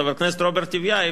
חבר הכנסת רוברט טיבייב,